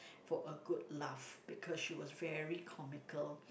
for a good laugh because she was very comical